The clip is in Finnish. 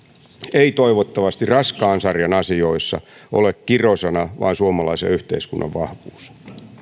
ei toivottavasti raskaan sarjan asioissa ole kirosana vaan suomalaisen yhteiskunnan vahvuus